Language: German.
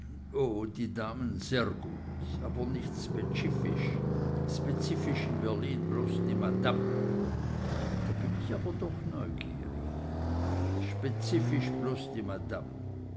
die damen serr gutt aber nicht speziffisch speziffisch in berlin bloß die madamm da bin ich aber doch neugierig speziffisch bloß die madamm